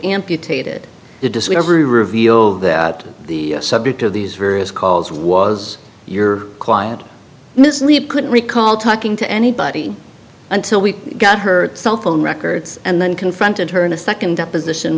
amputated the discovery revealed that the subject of these various calls was your client mislead couldn't recall talking to anybody until we got her cell phone records and then confronted her in a second deposition